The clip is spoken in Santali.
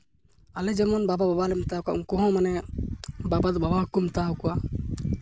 ᱟᱞᱮ ᱡᱮᱢᱚᱱ ᱵᱟᱵᱟ ᱵᱟᱵᱟᱞᱮ ᱢᱮᱛᱟ ᱠᱚᱣᱟ ᱩᱱᱠᱩ ᱦᱚᱸ ᱢᱟᱱᱮ ᱵᱟᱵᱟ ᱫᱚ ᱵᱟᱵᱟ ᱦᱚᱸᱠᱚ ᱢᱮᱛᱟᱣ ᱠᱚᱣᱟ